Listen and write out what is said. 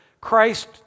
Christ